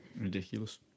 Ridiculous